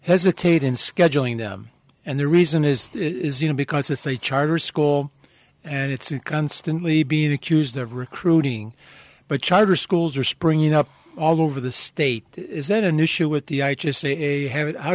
hesitate in scheduling them and the reason is is you know because it's a charter school and it's constantly being accused of recruiting but charter schools are springing up all over the state is that an issue with the